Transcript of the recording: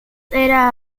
era